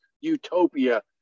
utopia